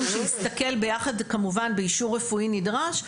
שנסתכל ביחד כמובן באישור רפואי נדרש,